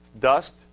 Dust